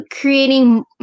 creating